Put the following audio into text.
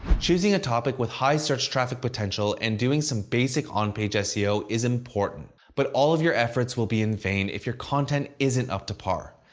choosing a topic with high search traffic potential and doing some basic on-page seo is important. but all of your efforts will be in vain if your content isn't up to par.